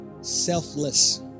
selfless